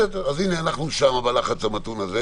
אז בחלק הדברים עשינו לחץ מתון,